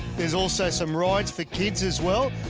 there's also some rides for kids as well.